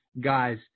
guys